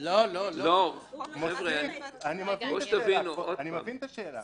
--- אני מבין את השאלה.